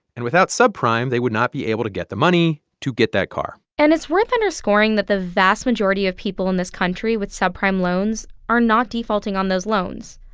and without subprime, they would not be able to get the money to get that car and it's worth underscoring that the vast majority of people in this country with subprime loans are not defaulting on those loans.